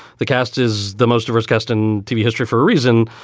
the cast is the most diverse cast in tv history for a reason.